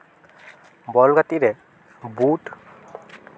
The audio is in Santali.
ᱵᱚᱞ ᱜᱟᱛᱮᱜ ᱨᱮ ᱵᱩᱴ